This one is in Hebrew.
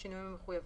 בשינויים המחויבים.